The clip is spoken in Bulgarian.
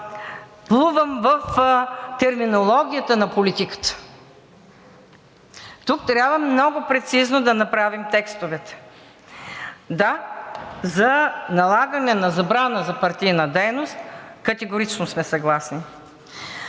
плувам в терминологията на политиката? Тук трябва много прецизно да направим текстовете. Да, за налагане на забрана за партийна дейност сме категорично съгласни.